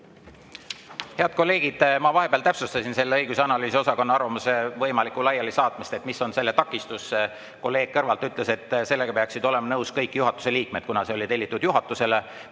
Head kolleegid! Ma vahepeal täpsustasin selle õigus- ja analüüsiosakonna arvamuse võimalikku laialisaatmist, et mis on selle takistus. Kolleeg kõrvalt ütles, et sellega peaksid olema nõus kõik juhatuse liikmed, kuna see oli tellitud juhatusele.